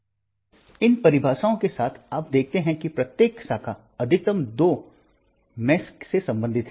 अब इन परिभाषाओं के साथ आप देखते हैं कि प्रत्येक शाखा अधिकतम दो जालों से संबंधित है